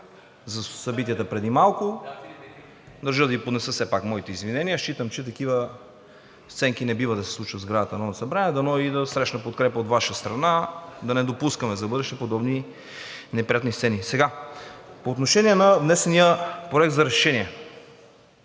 за събитията преди малко. Държа да Ви поднеса все пак моите извинения. Считам, че такива сценки не бива да се случват в сградата на Народното събрание, дано да срещна подкрепа от Ваша страна и да не допускаме за в бъдеще подобни неприятни сцени. По отношение на внесения Проект за решение.